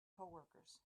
coworkers